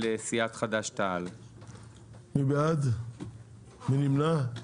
מי נמנע?